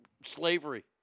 slavery